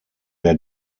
der